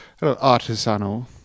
Artisanal